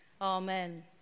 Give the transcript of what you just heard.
Amen